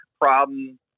problem